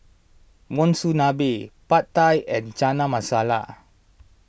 Monsunabe Pad Thai and Chana Masala